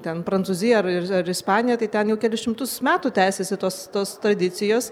ten prancūziją ar ar ispaniją tai ten jau kelis šimtus metų tęsiasi tos tos tradicijos